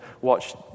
watch